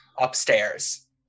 upstairs